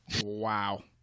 Wow